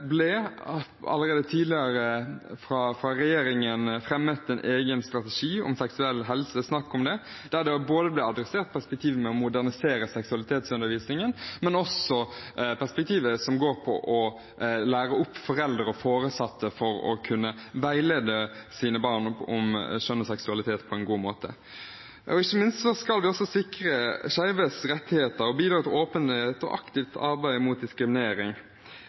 fremmet en egen strategi om seksuell helse fra regjeringen, der perspektivene om å modernisere seksualundervisningen ble adressert, men også perspektivet som går på å lære opp foreldre og foresatte så de kan veilede sine barn til å skjønne seksualitet på en god måte. Ikke minst skal vi sikre skeives rettigheter, bidra til åpenhet og aktivt arbeide mot diskriminering.